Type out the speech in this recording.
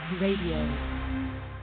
Radio